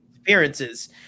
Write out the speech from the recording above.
appearances